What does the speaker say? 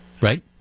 Right